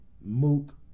Mook